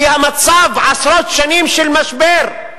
כי המצב הוא עשרות שנים של משבר.